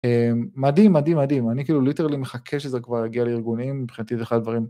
מדהים, מדהים, מדהים, אני כאילו ליטרלי מחכה שזה כבר יגיע לארגונים, מבחינתי זה אחד הדברים